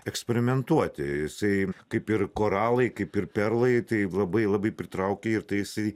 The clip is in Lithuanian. eksperimentuoti jisai kaip ir koralai kaip ir perlai tai labai labai pritraukia ir tai jisai